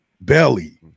Belly